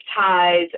ties